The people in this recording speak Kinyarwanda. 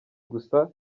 gusa